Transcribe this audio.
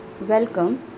Welcome